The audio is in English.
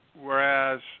whereas